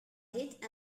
hit